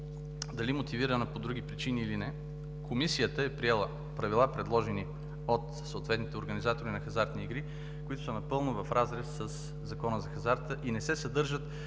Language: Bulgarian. дали мотивирана по други причини или не, Комисията е приела правила, предложени от съответните организатори на хазартни игри, които са напълно в разрез със Закона за хазарта и не се съдържат